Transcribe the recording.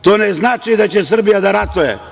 To ne znači da će Srbija da ratuje.